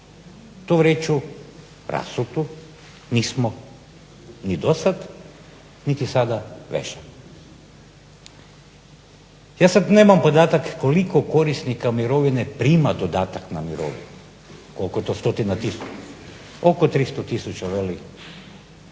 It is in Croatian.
Tu vreću rasutu nismo ni dosad niti sada vežemo. Ja sad nemam podatak koliko korisnika mirovine prima dodatak na mirovinu, koliko je to stotina tisuća. Oko 300 tisuća veli,